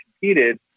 competed